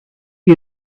you